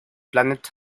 planeta